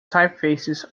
typefaces